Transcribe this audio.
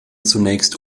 zunächst